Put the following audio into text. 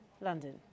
London